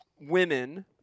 women